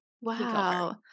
wow